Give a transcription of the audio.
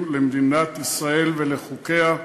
למדינת ישראל ולחוקיה,